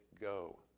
go